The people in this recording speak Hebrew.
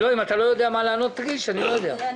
אם אתה לא יודע מה לענות תגיד: אני לא יודע.